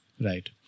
Right